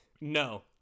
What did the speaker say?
No